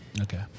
Okay